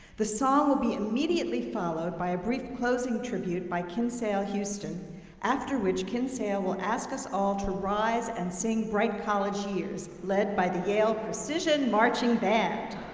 the song will be immediately followed by a brief closing tribute by kinsale houston after which kinsale will ask us all to rise and sing bright college years led by the yale precision marching band.